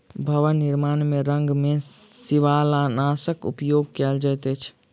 भवन निर्माण में रंग में शिवालनाशक उपयोग कयल जाइत अछि